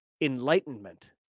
enlightenment